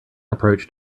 approach